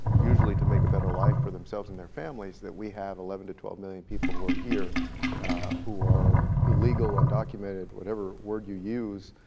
usually to make a better life for themselves and their families, that we have eleven to twelve million people who are here who are illegal illegal, undocumented, whatever word you use.